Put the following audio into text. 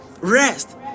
rest